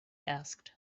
asked